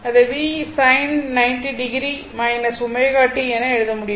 அதை Vsin 90 o ω t என எழுத முடியும்